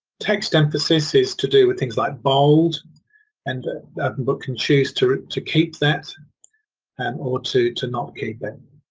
text emphasis is to do with things like bold and openbook can choose to to keep that and or to to not keep it.